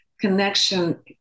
connection